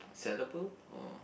sellable or